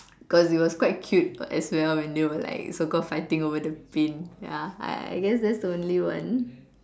cos it was quite cute as well when they were like so called fighting over the paint ya I I guess that was the only one